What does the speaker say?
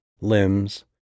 limbs